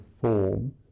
form